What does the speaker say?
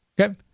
Okay